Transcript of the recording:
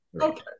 Okay